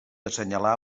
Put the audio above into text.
assenyalar